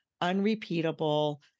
unrepeatable